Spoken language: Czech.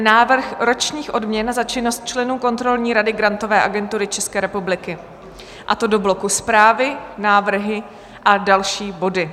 Návrh ročních odměn za činnost členů Kontrolní rady Grantové agentury České republiky, a to do bloku Zprávy, návrhy a další body.